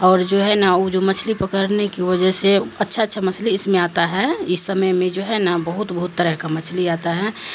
اور جو ہے نا وہ جو مچھلی پکڑنے کی وجہ سے اچھا اچھا مچھلی اس میں آتا ہے اس سمے میں جو ہے نا بہت بہت طرح کا مچھلی آتا ہے